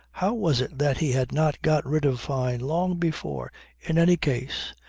how was it that he had not got rid of fyne long before in any case?